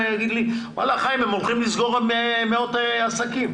ויאמר לי שהם הולכים לסגור מאות עסקים.